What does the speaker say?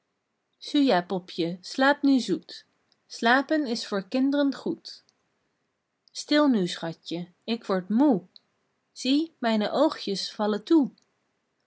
suja popje slaap nu zoet slapen is voor kind'ren goed stil nu schatje ik word moê zie mijne oogjes vallen toe